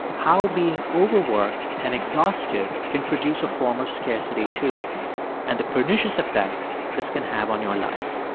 how being overworked and exhausted can produce a form of scarcity too and the pernicious effect this can have on your life.